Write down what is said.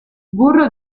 burro